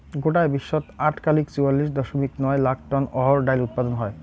গোটায় বিশ্বত আটকালিক চুয়াল্লিশ দশমিক নয় লাখ টন অহর ডাইল উৎপাদন হয়